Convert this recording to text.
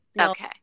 Okay